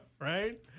Right